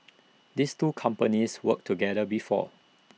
these two companies worked together before